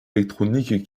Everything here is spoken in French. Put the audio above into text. électronique